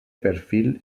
perfil